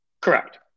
Correct